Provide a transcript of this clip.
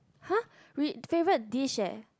!huh! re~ favorite dish eh